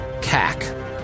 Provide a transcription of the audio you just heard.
CAC